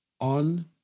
on